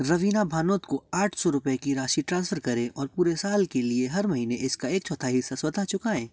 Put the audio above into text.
रवीना भानोद को आठ सौ रुपये की राशि ट्रांसफ़र करें और पूरे साल के लिए हर महीने इसका एक चौथाई हिस्सा स्वतः चुकाएं